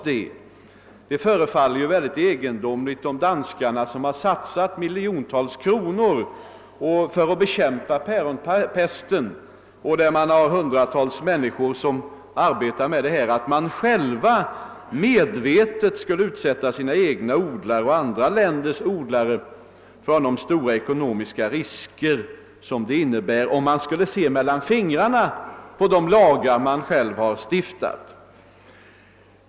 Det förefaller egendomligt om danskarna, som har satsat miljontals kronor för att bekämpa päronpesten och engagerat hundratals människor i det arbetet, medvetet skulle utsätta sina egna och andra länders odlare för de stora ekonomiska risker som det skulle innebära om man såg mellan fingrarna på de lagar som man själv har stiftat.